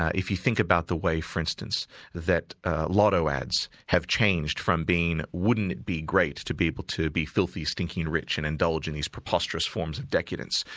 if you think about the way for instance that lotto ads have changed from being wouldn't it be great to be able to be filthy, stinking rich and indulge in these preposterous forms of decadence?